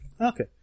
Okay